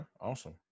Awesome